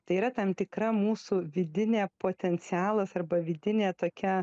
tai yra tam tikra mūsų vidinė potencialas arba vidinė tokia